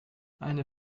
eine